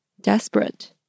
desperate